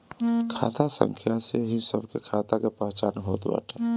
खाता संख्या से ही सबके खाता के पहचान होत बाटे